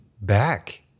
back